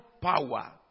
power